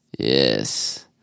Yes